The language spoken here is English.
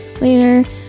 later